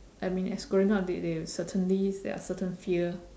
I mean as growing up they they certainly there are certain fear